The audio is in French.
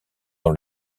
dans